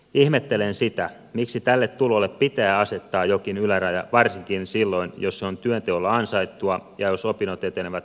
ihmettelen sitä miksi tälle tulolle pitää asettaa jokin yläraja varsinkin silloin jos se on työnteolla ansaittua ja jos opinnot etenevät normaaliaikataulussa